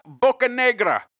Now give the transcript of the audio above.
Bocanegra